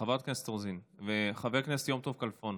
חברת הכנסת רוזין וחבר הכנסת יום טוב כלפון,